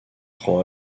prend